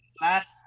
last